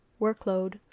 workload